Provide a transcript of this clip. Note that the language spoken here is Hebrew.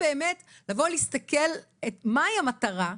צריך גם באמת לבוא ולהסתכל מהי המטרה.